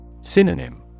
Synonym